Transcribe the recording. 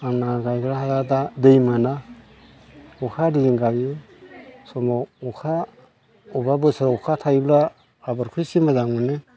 आंना गायग्रा हाया दै मोना अखा हादैजों गायो समाव अखा अबेबा बोसोराव अखा थायोब्ला आबादखौ एसे मोजां मोनो